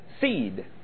seed